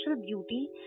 beauty